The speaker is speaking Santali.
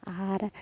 ᱟᱨ